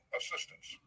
assistance